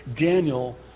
Daniel